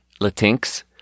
Latinx